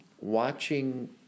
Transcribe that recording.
watching